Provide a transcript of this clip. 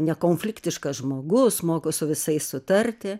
nekonfliktiškas žmogus moku su visais sutarti